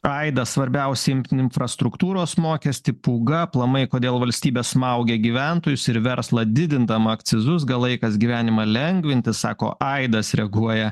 aida svarbiausia imt in infrastruktūros mokestį pūga aplamai kodėl valstybė smaugia gyventojus ir verslą didindama akcizus gal laikas gyvenimą lengvinti sako aidas reaguoja